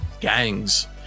gangs